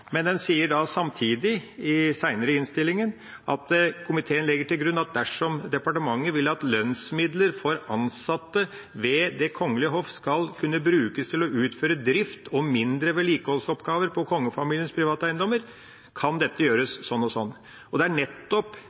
sier komiteen senere i innstillingen at den «legger til grunn at dersom departementet vil at lønnsmidler for ansatte ved Det kongelige hoff skal kunne brukes til å utføre drift og mindre vedlikeholdsoppgaver på kongefamiliens private eiendommer, kan dette gjøres Det er nettopp «utfører drift og mindre vedlikeholdsoppgaver» som er det som er